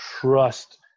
trust